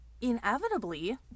inevitably